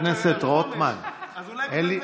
שבעה בעד, אין מתנגדים.